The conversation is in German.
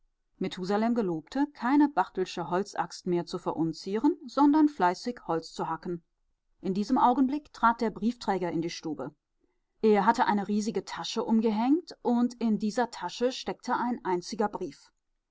methusalem gelobte keine barthelsche holzaxt mehr zu verunzieren sondern fleißig holz zu hacken in diesem augenblick trat der briefträger in die stube er hatte eine riesige tasche umgehängt und in dieser tasche steckte ein einziger brief